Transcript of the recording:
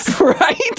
Right